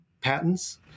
patents